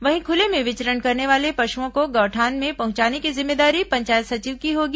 वहीं खुले में विचरण करने वाले पशुओं को गौठान में पहुंचाने की जिम्मेदारी पंचायत सचिव की होगी